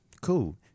cool